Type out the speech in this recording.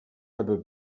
rubber